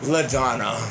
LaDonna